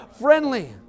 Friendly